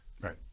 Right